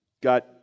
got